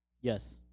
Yes